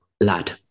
lad